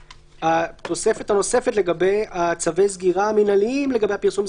התוספת הנוספת לגבי צווי הסגירה המנהליים לגבי הפרסום,